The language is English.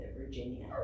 Virginia